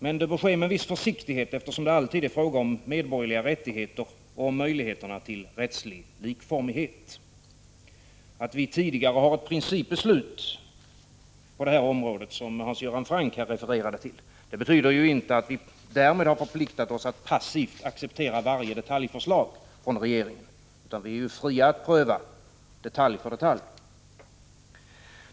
Men det bör ske med viss försiktighet, eftersom det alltid är fråga om medborgerliga rättigheter och om möjligheterna till rättslig likformighet. Att vi har ett tidigare principbeslut på det här området, som Hans Göran Franck refererade till, betyder ju inte att vi därmed har förpliktat oss att passivt acceptera varje detaljförslag från regeringen, utan vi är fria att pröva detalj för detalj.